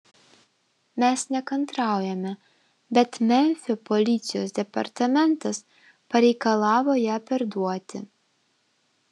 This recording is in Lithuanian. mes nekantraujame bet memfio policijos departamentas pareikalavo ją perduoti